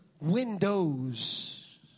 windows